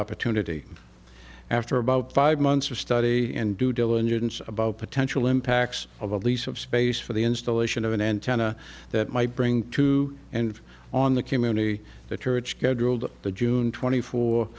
opportunity after about five months of study and due diligence about potential impacts of a lease of space for the installation of an antenna that might bring two and on the community the church go drooled the june twenty four